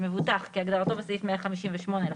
"מבוטח" כהגדרתו בסעיף 158 לחוק,